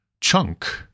chunk